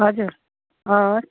हजुर हवस्